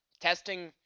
testing